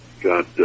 got